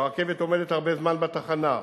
שהרכבת עומדת הרבה זמן בתחנה,